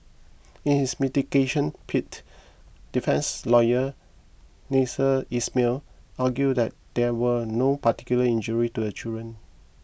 in his mitigation plea defence lawyer Nasser Ismail argued that there were no particular injurie to the children